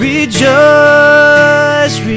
Rejoice